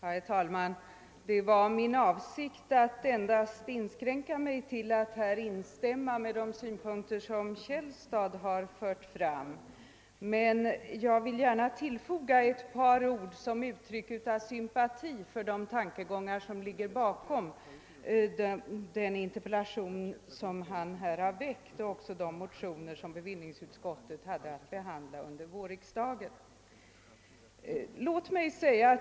Herr talman! Det var min avsikt att inskränka mig till ett instämmande i de synpunkter som herr Källstad fört fram, men jag vill dessutom tillfoga ett par ord som uttryck för sympati med de tankegångar som ligger bakom den interpellation herr Källstad framställt liksom bakom de motioner i denna fråga bevillningsutskottet hade att behandla under vårriksdagen.